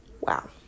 Wow